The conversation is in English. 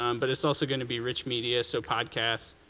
um but it's also going to be rich media, so podcasts,